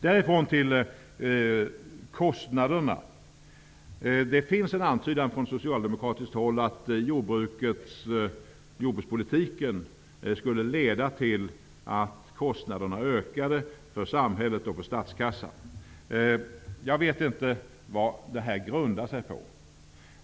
Därifrån går jag över till kostnaderna. Det görs från socialdemokratiskt håll en antydan om att jordbrukspolitiken skulle leda till att kostnaderna ökade för samhället och för statskassan. Jag vet inte vad det grundar sig på.